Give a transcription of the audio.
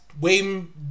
Wayne